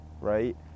right